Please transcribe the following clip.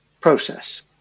process